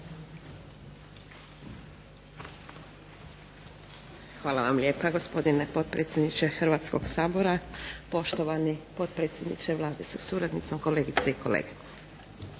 Hvala vam lijepa gospodine potpredsjedniče Hrvatskoga sabora, poštovani potpredsjedniče Vlade sa suradnicom, kolegice i kolege.